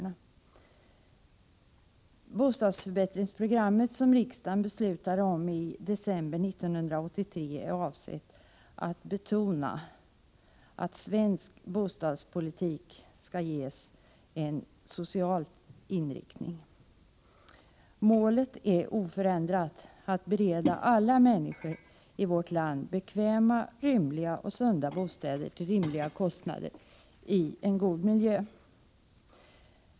Det bostadsförbättringsprogram som riksdagen beslutade om i december 1983 är avsett att betona att svensk bostadspolitik skall ges en social inriktning. Målet är oförändrat: att bereda alla människor i vårt land bekväma, rymliga och sunda bostäder till rimliga kostnader — i en god miljö.